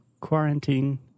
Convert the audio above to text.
Quarantine